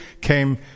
came